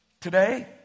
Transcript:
Today